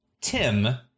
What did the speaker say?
Tim